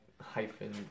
hyphen